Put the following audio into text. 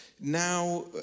now